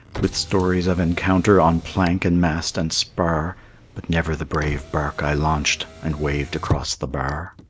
with stories of encounter on plank and mast and spar but never the brave barque i launched and waved across the bar.